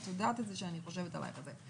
את יודעת שאני חושבת עליך את זה,